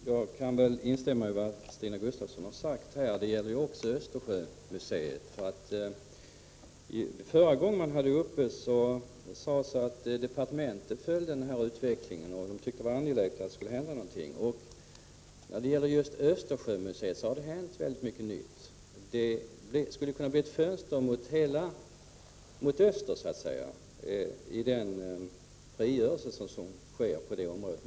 Herr talman! Jag kan instämma i vad Stina Gustavsson har sagt. Det gäller också Östersjömuseet. Förra gången frågan var uppe, sades det att departementet följde utvecklingen och att det var angeläget att det hände någonting. Just när det gäller Östersjömuseet har det hänt mycket nytt. Det skulle kunna bli ett fönster mot öster, så att säga, i den frigörelse som sker för närvarande.